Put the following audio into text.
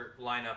lineup